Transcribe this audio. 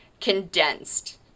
condensed